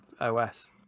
os